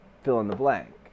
fill-in-the-blank